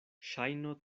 ŝajno